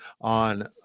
on